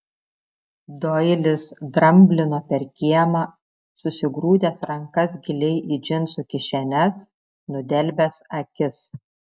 doilis dramblino per kiemą susigrūdęs rankas giliai į džinsų kišenes nudelbęs akis